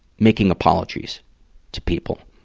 making apologies to people.